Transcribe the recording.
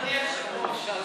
אדוני היושב-ראש.